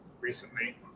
recently